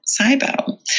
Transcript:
SIBO